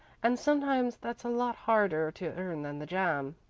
and sometimes that's a lot harder to earn than the jam.